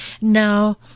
Now